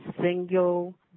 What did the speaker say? single